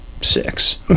six